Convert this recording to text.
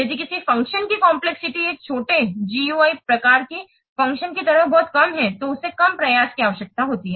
यदि किसी फ़ंक्शन की कम्प्लेक्सिटी एक छोटे GUI प्रकार की फ़ंक्शन की तरह बहुत कम है तो उसे कम प्रयास की आवश्यकता होती है